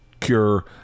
cure